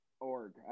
org